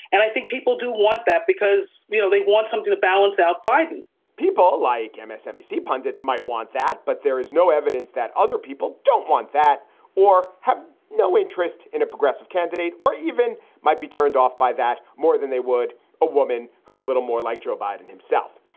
and i think people do want that because they want something to balance out by people like and msnbc pundits might want that, but there is no evidence that other people don't want that or have no interest in a progressive candidate or even might be turned off by that more than they would a woman who's a little more like joe biden himself.